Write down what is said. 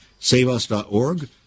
Saveus.org